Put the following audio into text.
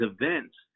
events